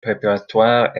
préparatoires